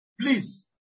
please